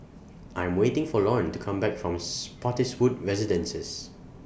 I Am waiting For Lorne to Come Back from Spottiswoode Residences